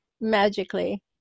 magically